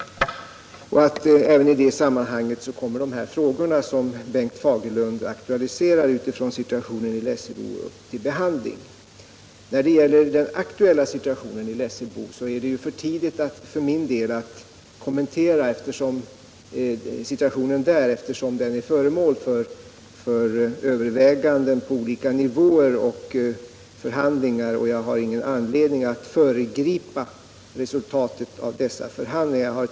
I det sammanhanget kommer även de frågor som Bengt Fagerlund aktualiserat med anledning av situationen i Lessebo upp till behandling. När det gäller den aktuella situationen i Lessebo är det för min del för tidigt att kommentera denna, eftersom den är föremål för överväganden på olika nivåer. Jag har därför ingen anledning att föregripa resultatet av dessa förhandlingar.